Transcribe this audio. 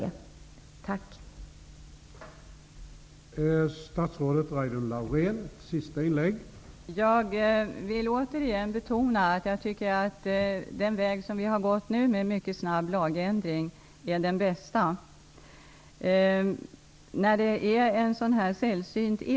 Tack.